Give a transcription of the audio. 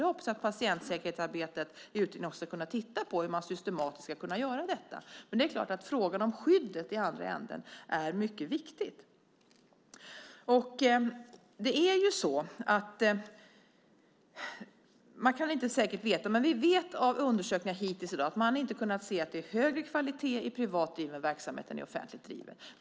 Jag hoppas att man i patientsäkerhetsarbetet ska kunna titta på hur man systematiskt ska kunna göra detta. Men det är klart att frågan om skyddet i andra änden är mycket viktig. Vi vet av undersökningar hittills i dag att man inte har kunnat se att det är högre kvalitet i privat driven verksamhet än i offentligt driven verksamhet.